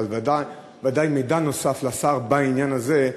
אבל בוודאי מידע נוסף לשר בעניין הזה.